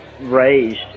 raised